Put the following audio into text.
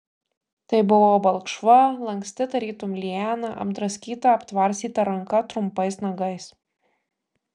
tai buvo balkšva lanksti tarytum liana apdraskyta aptvarstyta ranka trumpais nagais